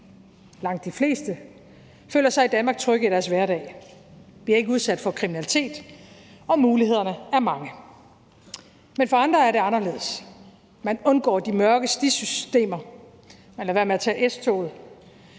langt de fleste, føler sig i Danmark trygge i deres hverdag – bliver ikke udsat for kriminalitet. Og mulighederne er mange. Men for andre er det anderledes. Man undgår de mørke stisystemer, man lader være med at tage S-toget,